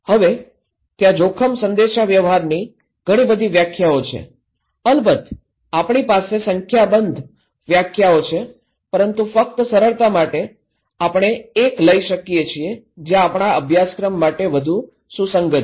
હવે ત્યાં જોખમ સંદેશાવ્યવહારની ઘણી બધી વ્યાખ્યાઓ છે અલબત્ત આપણી પાસે સંખ્યાબંધ વ્યાખ્યાઓ છે પરંતુ ફક્ત સરળતા માટે આપણે એક લઈ શકીએ છીએ જે આપણા અભ્યાસક્રમ માટે વધુ સુસંગત છે